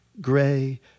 gray